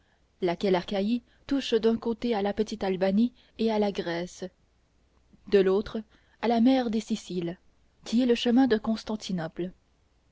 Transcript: laquelle achaïe touche d'un côté à la petite albanie et à la grèce de l'autre à la mer des siciles qui est le chemin de constantinople